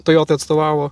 tojotai atstovavo